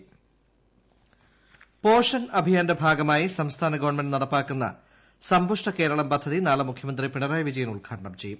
സമ്പുഷ്ടകേരളം ഇൻഡ്രോ പോഷൺ അഭിയാന്റെ ഭാഗമായിസംസ്ഥാന ഗവൺമെന്റ് നടപ്പാക്കുന്ന സമ്പുഷ്ട കേരളം പദ്ധതി നാളെ മുഖ്യമന്ത്രി പ്പിണറായി വിജയൻ ഉദ്ഘാടനം ചെയ്യും